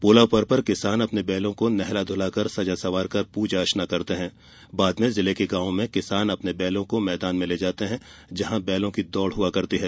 पोला पर्व पर किसान अपने बैलों को नहला धुलाकर सजा संवार कर पूजा अर्चना पश्चात् जिले के गांवों में किसान अपने बैलों को मैदान में ले जाते हैं जहां बैलों की दौड़ होती है